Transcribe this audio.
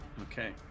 Okay